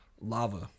lava